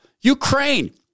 Ukraine